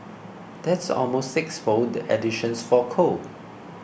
that's almost sixfold the additions for coal